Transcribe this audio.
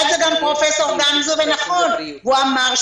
העלה את גם פרופ' גמזו ונכון הוא אמר,